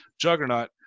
juggernaut